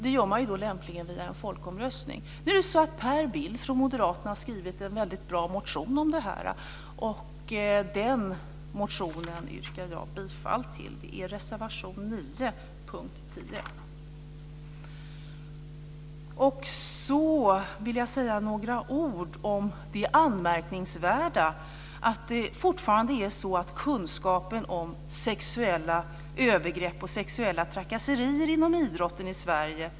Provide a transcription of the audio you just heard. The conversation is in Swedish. Detta görs då lämpligen via en folkomröstning. Per Bill från Moderaterna har skrivit en väldigt bra motion om det här. Den motionen yrkar jag bifall till. Det är reservation 9 under punkt 10.